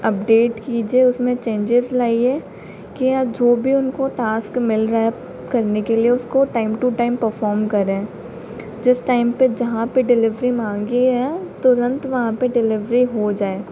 update कीजिए उसमें changes लाइए कि या जो भी उनको टास्क मिल रहा है करने के लिए उसको टाइम टु टाइम परफ़ॉर्म करें जिस टाइम पर जहाँ पर डिलीवरी माँगी है तुरंत वहाँ पर डिलीवरी हो जाए